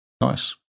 Nice